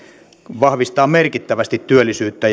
vahvistaa merkittävästi työllisyyttä